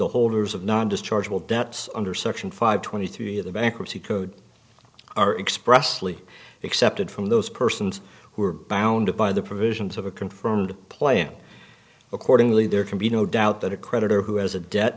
the holders of not dischargeable debts under section five twenty three of the bankruptcy code are expressly excepted from those persons who are bound by the provisions of a confirmed plan accordingly there can be no doubt that a creditor who has a debt